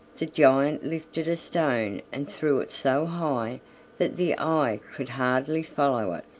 the giant lifted a stone and threw it so high that the eye could hardly follow it.